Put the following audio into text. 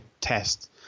test